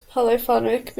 polyphonic